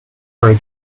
are